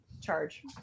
charge